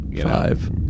Five